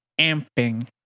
Amping